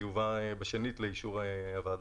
ויובא בשנית לאישור הוועדה.